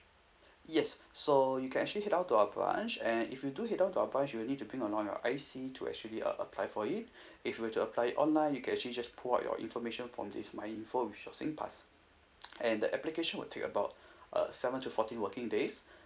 yes so you can actually head out to our branch and if you do head on to our branch you will need to bring on all your I_C to actually uh apply for it if you were to apply it online you can actually just pull out your information from this my info with your singpass and the application will take about uh seven to fourteen working days